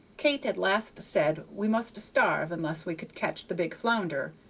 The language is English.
kate at last said we must starve unless we could catch the big flounder,